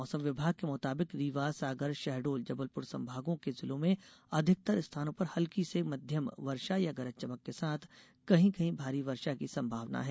मौसम विभाग के मुताबिक रीवा सागर शहडोल जबलपुर संभागों के जिलों में अधिकतर स्थानों पर हल्की से माध्यम वर्षा या गरज चमक के साथ कहीं कहीं भारी वर्षा की संभावना है